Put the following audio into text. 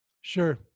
Sure